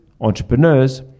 entrepreneurs